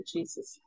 Jesus